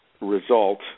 result